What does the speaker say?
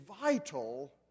vital